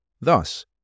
Thus